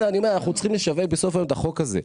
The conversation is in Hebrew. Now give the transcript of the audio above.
כן אני אומר אנחנו צריכים לשווק בסוף היום את החוק הזה.